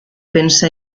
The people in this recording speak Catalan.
pensa